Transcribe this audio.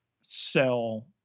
sell